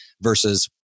versus